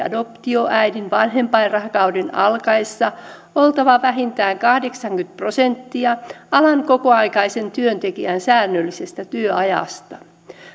adoptioäidin vanhempainrahakauden alkaessa oltava vähintään kahdeksankymmentä prosenttia alan kokoaikaisen työntekijän säännöllisestä työajasta